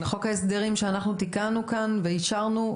חוק ההסדרים שאנחנו תיקנו כאן ואישרנו,